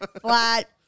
flat